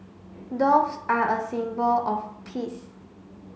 doves are a symbol of peace